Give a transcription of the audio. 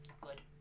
good